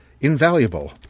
invaluable